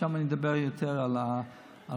שם אני אדבר יותר על השפעת,